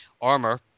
armor